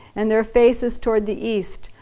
and their faces toward the east,